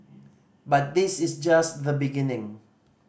but this is just the beginning